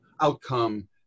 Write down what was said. outcome